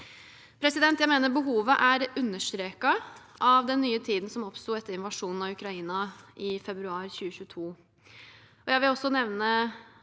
nå gjort. Jeg mener behovet er understreket av den nye tiden som oppsto etter invasjonen av Ukraina i februar 2022.